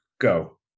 Go